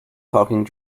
talking